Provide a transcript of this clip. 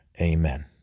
Amen